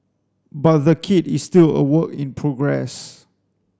but the kit is still a work in progress